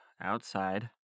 outside